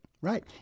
right